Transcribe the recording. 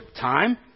time